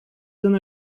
than